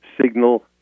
signal